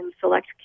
select